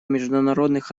международных